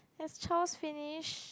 has Charles finish